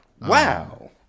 Wow